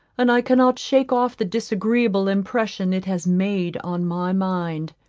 and i cannot shake off the disagreeable impression it has made on my mind.